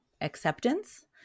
acceptance